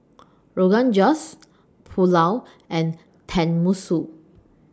Rogan Josh Pulao and Tenmusu